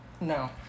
no